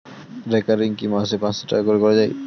Recurring কি মাসে পাঁচশ টাকা করে করা যায়?